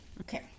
okay